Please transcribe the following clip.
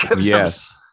Yes